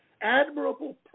admirable